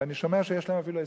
ואני שומע שיש להם אפילו הישגים.